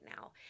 now